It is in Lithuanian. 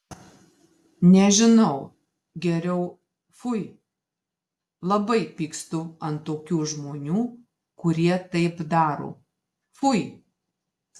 nežinau geriau fui labai pykstu ant tokių žmonių kurie taip daro fui